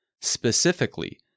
specifically